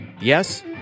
yes